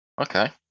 Okay